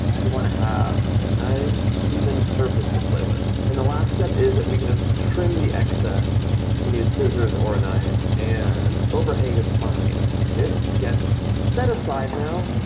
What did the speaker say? we wanna have a nice even surface to play with. and the last step is that we can just trim the excess, you can use scissors or a knife and overhang is fine. this gets set aside now.